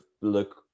look